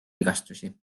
vigastusi